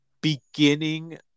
beginning